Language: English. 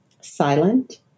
silent